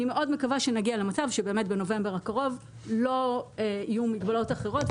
אני מאוד מקווה שנגיע למצב שבאמת בנובמבר הקרוב לא יהיו מגבלות אחרות,